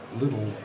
little